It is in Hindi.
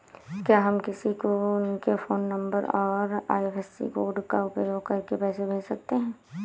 क्या हम किसी को उनके फोन नंबर और आई.एफ.एस.सी कोड का उपयोग करके पैसे कैसे भेज सकते हैं?